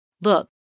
Look